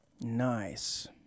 Nice